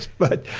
but,